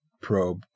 probe